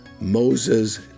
Moses